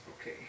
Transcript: Okay